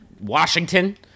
Washington